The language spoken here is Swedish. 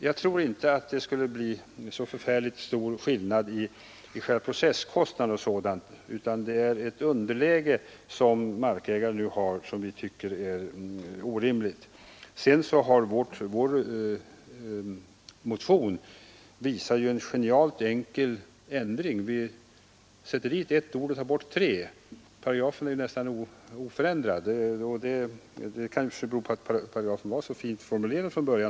Jag tror inte det skulle göra så stor skillnad i processkostnader osv., men vi tycker det är orimligt att markägaren skall befinna sig i underläge. I vår motion föreslås en genialt enkel ändring. Vi sätter in ett ord och tar bort tre, och paragrafen är nästan oförändrad. Det kanske beror på att paragrafen var så fint formulerad från början.